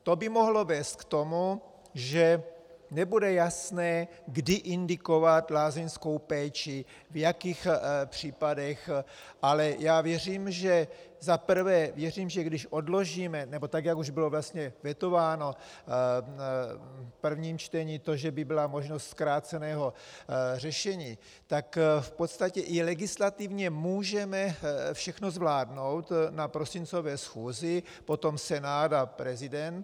To by mohlo vést k tomu, že nebude jasné, kdy indikovat lázeňskou péči, v jakých případech, ale já za prvé věřím, že když odložíme nebo jak bylo už vlastně vetováno v prvním čtení to, že by byla možnost zkráceného řešení, tak v podstatě i legislativně můžeme všechno zvládnout na prosincové schůzi, potom Senát a prezident.